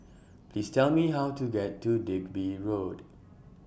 Please Tell Me How to get to Digby Road